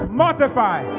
mortify